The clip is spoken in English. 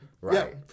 Right